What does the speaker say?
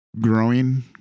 growing